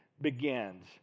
begins